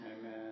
Amen